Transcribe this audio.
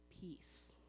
peace